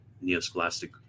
neo-scholastic